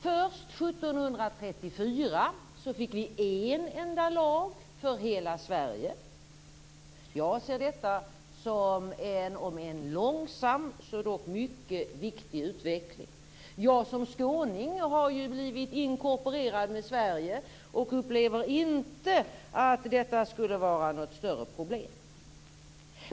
Först 1734 fick vi en enda lag för hela Sverige. Jag ser detta som en om än långsam så dock mycket viktig utveckling. Jag som skåning har ju blivit inkorporerad med Sverige och upplever inte att detta skulle vara något större problem.